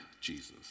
Jesus